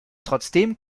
trotzdem